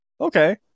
Okay